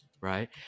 right